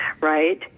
right